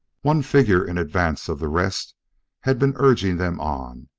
one figure in advance of the rest had been urging them on,